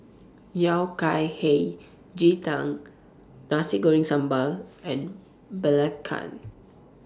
Yao Cai Hei Ji Tang Nasi Goreng Sambal and Belacan